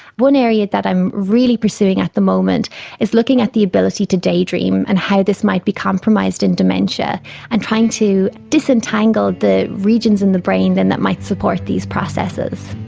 one area that i'm really pursuing at the moment is looking at the ability to daydream and how this might be compromised in dementia and trying to disentangle the regions in the brain and that might support these processes.